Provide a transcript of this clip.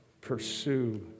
Pursue